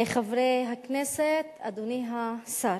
חברי הכנסת, אדוני השר,